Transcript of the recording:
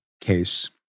case